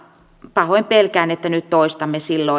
pahoin pelkään että nyt toistamme silloin